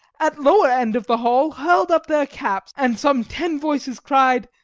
at lower end of the hall hurl'd up their caps, and some ten voices cried,